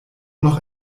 noch